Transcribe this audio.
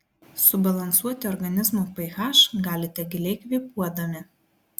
subalansuoti organizmo ph galite giliai kvėpuodami